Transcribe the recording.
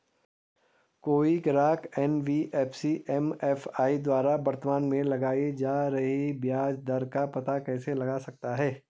कोई ग्राहक NBFC MFI द्वारा वर्तमान में लगाए जा रहे ब्याज दर का पता कैसे लगा सकता है?